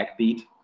backbeat